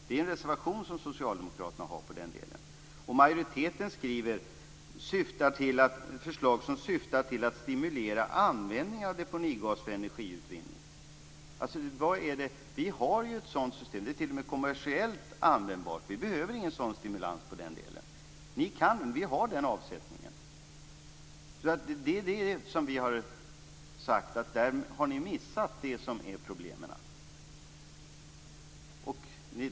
Det är en reservation som socialdemokraterna har på den delen. Majoriteten skriver om förslag som syftar till att stimulera användning av deponigas för energiutvinning. Vi har ett sådant system. Det är t.o.m. kommersiellt användbart. Vi behöver ingen sådan stimulans på den delen. Vi har den avsättningen. Där har ni missat vad som är problemet.